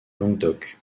languedoc